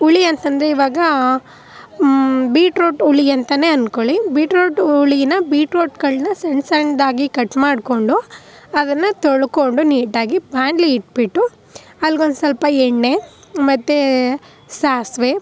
ಹುಳಿ ಅಂತ ಅಂದ್ರೆ ಇವಾಗ ಬಿಟ್ರೋಟ್ ಹುಳಿ ಅಂತಲೇ ಅಂದ್ಕೊಳ್ಳಿ ಬಿಟ್ರೋಟ್ ಹುಳಿನ ಬಿಟ್ರೋಟ್ಗಳನ್ನ ಸಣ್ಣ ಸಣ್ಣದಾಗಿ ಕಟ್ ಮಾಡಿಕೊಂಡು ಅದನ್ನು ತೊಳ್ಕೊಂಡು ನೀಟಾಗಿ ಬಾಣಲಿ ಇಟ್ಬಿಟ್ಟು ಅಲ್ಗೊಂದು ಸ್ವಲ್ಪ ಎಣ್ಣೆ ಮತ್ತು ಸಾಸಿವೆ